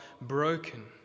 broken